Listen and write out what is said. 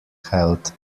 held